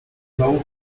dołu